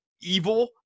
evil